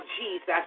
Jesus